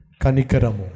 kanikaramu